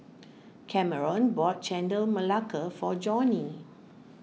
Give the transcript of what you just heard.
Kameron bought Chendol Melaka for Johnie